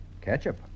Ketchup